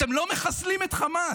אתם לא מחסלים את חמאס.